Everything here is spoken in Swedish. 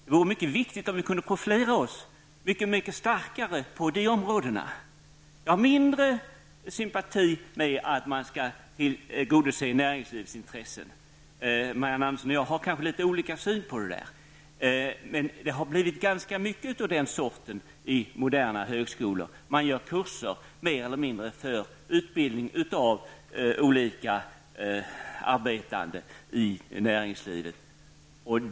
Det vore mycket bra om vi kunde profilera oss mycket starkare på de områdena. Jag känner mindre sympati för att man tillgodoser näringslivets intressen. Marianne Andersson i Vårgårda och jag har kanske litet olika syn på den saken. Men det har blivit ganska mycket av den sortens utbildning i moderna högskolor. Man gör kurser mer eller mindre inriktade på utbildning för olika yrken inom näringslivet.